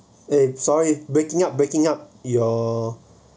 eh sorry breaking up breaking up your